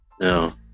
No